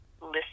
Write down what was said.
listen